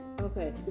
Okay